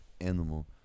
animal